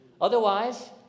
Otherwise